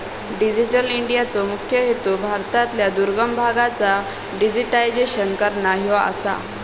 digital इंडियाचो मुख्य हेतू भारतातल्या दुर्गम भागांचा डिजिटायझेशन करना ह्यो आसा